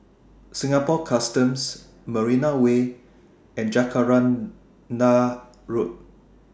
Singapore Customs Marina Way and Jacaranda Road